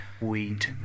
weed